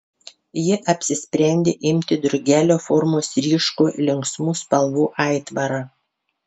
ji apsisprendė imti drugelio formos ryškų linksmų spalvų aitvarą